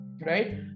Right